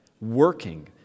working